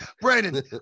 Brandon